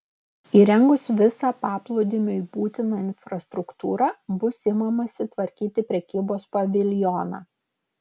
įrengus visą paplūdimiui būtiną infrastruktūrą bus imamasi tvarkyti prekybos paviljoną